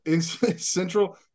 Central